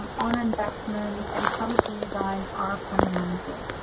um on investment and policy design, are fundamental.